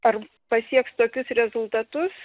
ar pasieks tokius rezultatus